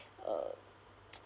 err